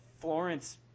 Florence